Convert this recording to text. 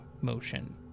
motion